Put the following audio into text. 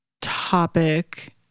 topic